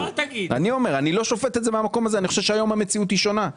אני לא שופט את זה מהמקום הזה; אני חושב שהיום המציאות היא שונה.